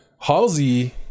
Halsey